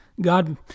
God